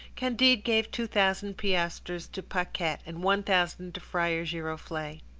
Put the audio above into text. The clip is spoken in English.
candide gave two thousand piastres to paquette, and one thousand to friar giroflee.